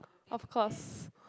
of course